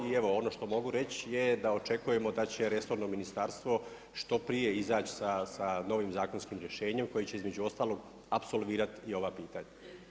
I evo, ono što mogu reći je da očekujemo da će resorno ministarstvo što prije izaći sa novim zakonskim rješenjem koje će između ostalog apsolvirati i ova pitanja.